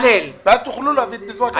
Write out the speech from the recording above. ואז תוכלו להביא את פיזור הכנסת.